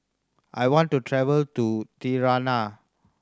I want to travel to Tirana